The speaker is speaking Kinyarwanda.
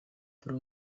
paul